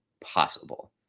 possible